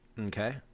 Okay